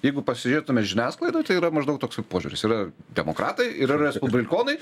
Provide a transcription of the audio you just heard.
jeigu pasižiūrėtume žiniasklaidoj tai yra maždaug toksai požiūris yra demokratai ir yra respublikonai